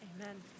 Amen